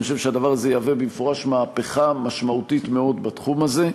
אני חושב שהדבר הזה יהיה במפורש מהפכה משמעותית מאוד בתחום הזה.